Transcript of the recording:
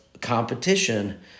competition